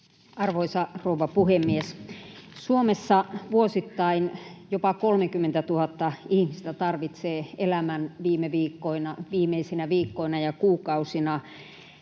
Arvoisa rouva puhemies! Suomessa vuosittain jopa 30 000 ihmistä tarvitsee elämän viimeisinä viikkoina ja kuukausina